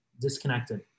disconnected